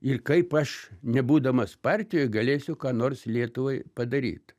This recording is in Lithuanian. ir kaip aš nebūdamas partijoj galėsiu ką nors lietuvai padaryt